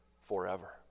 forever